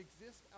exist